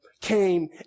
came